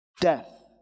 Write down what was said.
death